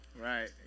Right